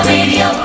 Radio